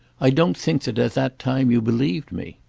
i don't think that at that time you believed me.